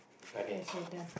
yes we're done